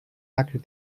άκρη